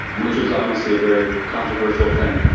which was obviously a very controversial thing.